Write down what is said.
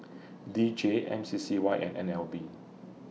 D J M C C Y and N L B